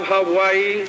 Hawaii